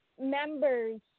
members